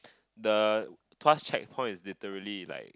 the Tuas checkpoint is literally like